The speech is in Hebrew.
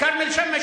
כרמל שאמה,